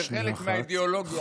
וחלק מהאידאולוגיה,